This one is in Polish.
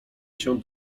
się